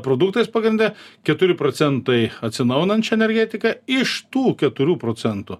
produktais pagrinde keturi procentai atsinaujinančia energetika iš tų keturių procentų